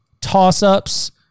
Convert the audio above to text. toss-ups